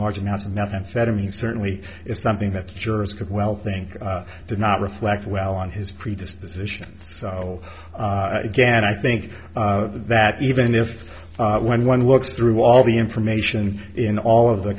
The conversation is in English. large amount of methamphetamine certainly is something that's jurors could well think did not reflect well on his predispositions so again i think that even if when one looks through all the information in all of the